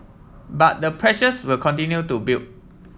but the pressures will continue to build